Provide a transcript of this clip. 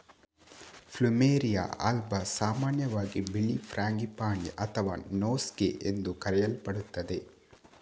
plumeria alba ಸಾಮಾನ್ಯವಾಗಿ ಬಿಳಿ frangipani ಅಥವಾ ನೋಸ್ಗೇ ಎಂದು ಕರೆಯಲ್ಪಡುತ್ತದೆ